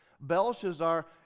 Belshazzar